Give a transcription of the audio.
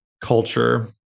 culture